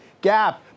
gap